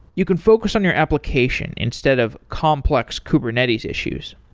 you can focus on your application instead of complex kubernetes issues.